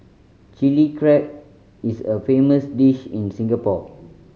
Chilli Crab is a famous dish in Singapore